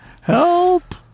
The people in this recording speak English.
help